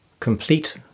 complete